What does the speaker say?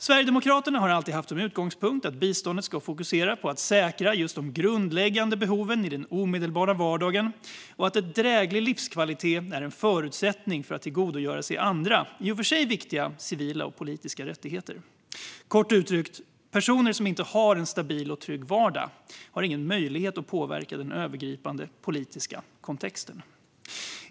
Sverigedemokraterna har alltid haft som utgångspunkt att biståndet ska fokusera på att säkra just de grundläggande behoven i den omedelbara vardagen och att en dräglig livskvalitet är en förutsättning för att tillgodogöra sig andra, i för sig viktiga, civila och politiska rättigheter. Kort uttryckt: Personer som inte har en stabil och trygg vardag har ingen möjlighet att påverka den övergripande politiska kontexten.